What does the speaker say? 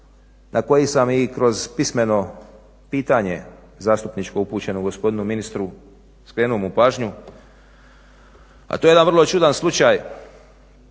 na koji sam i kroz pismeno pitanje zastupničko upućeno gospodinu ministru skrenuo mu pažnju, a to je jedan vrlo čudan slučaj